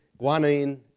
guanine